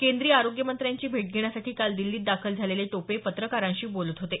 केंद्रीय आरोग्य मंत्र्यांची भेट घेण्यासाठी काल दिल्लीत दाखल झालेले टोपे पत्रकारांशी बोलत होते